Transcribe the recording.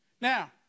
Now